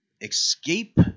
escape